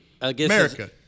America